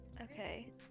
Okay